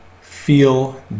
feel